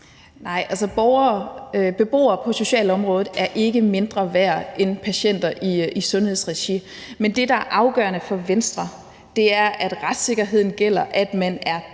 Nej, altså, beboere på socialområdet er ikke mindre værd end patienter i sundhedsregi, men det, der er afgørende for Venstre, er, at retssikkerheden gælder, når man er dømt.